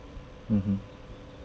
mmhmm